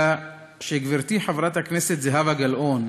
אלא שגברתי חברת הכנסת זהבה גלאון